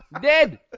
Dead